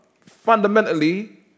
fundamentally